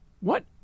What